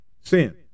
Sin